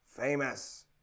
Famous